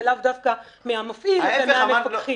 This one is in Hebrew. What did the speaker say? ולאו דווקא מהמפעיל ומהמפקחים.